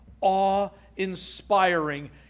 Awe-inspiring